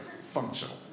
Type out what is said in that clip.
functional